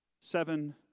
Seven